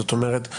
זאת אומרת,